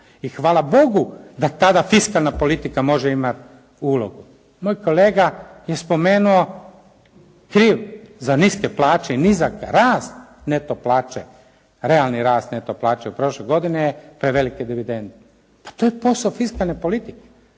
I hvala Bogu da tada fiskalna politika može imati ulogu. Moj kolega je spomenuo … /Govornik se ne razumije./ … za niske plaće i nizak rast neto plaće, realni rast neto plaće u prošloj godini je prevelike dividende. Pa to je posao fiskalne politike.